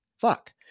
fuck